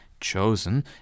chosen